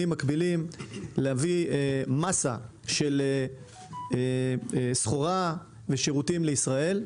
מקבילים להביא מאסה של סחורה ושירותים לישראל.